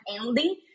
ending